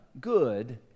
good